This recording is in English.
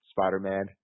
Spider-Man